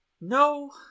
No